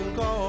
go